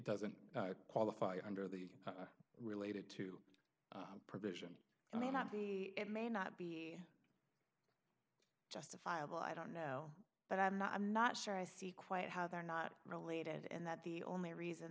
doesn't qualify under the related to provision and not be it may not be justifiable i don't know but i'm not i'm not sure i see quite how they're not related in that the only reason